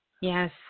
Yes